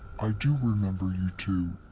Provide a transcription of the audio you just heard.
i do remember you two.